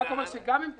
אני רק אומר שגם אם נאשר,